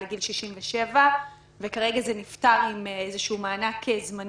גיל 67 וכרגע זה נפתר עם איזשהו מענק זמני,